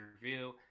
review